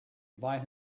invite